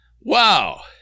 wow